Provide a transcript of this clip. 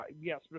yes